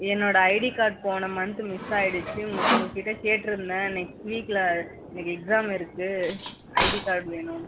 என்னோட ID card போன month miss ஆயிடிச்சு உங்கள் உங்கள்கிட்ட கேட்டுருந்தேன் நெக்ஸ்ட் வீக்கில் எனக்கு எக்ஸாம் இருக்கு ஐடி கார்ட் வேணும்